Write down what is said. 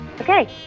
Okay